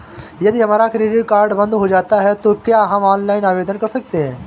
यदि हमारा credit card बंद हो जाता है तो क्या हम ऑनलाइन आवेदन कर सकते हैं?